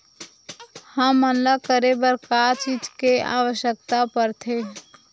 हमन ला करे बर का चीज के आवश्कता परथे?